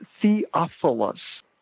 Theophilus